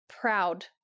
proud